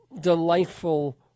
delightful